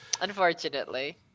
Unfortunately